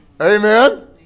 Amen